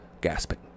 gasping